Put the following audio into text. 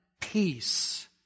Peace